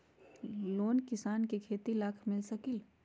Loan किसान के खेती लाख मिल सकील?